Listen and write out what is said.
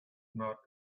not